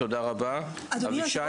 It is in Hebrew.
אבישי